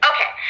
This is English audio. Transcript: Okay